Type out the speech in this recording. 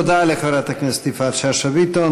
תודה לחברת הכנסת יפעת שאשא ביטון.